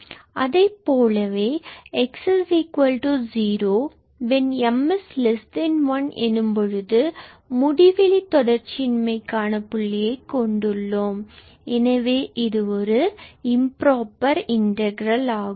அதைப்போலவே x0 when m1 எனும்போது முடிவிலி தொடர்ச்சியின்மை காண புள்ளியை கொண்டு உள்ளோம் எனவே இது ஒரு இம்புரோபர் இன்டகிரல்லாகும்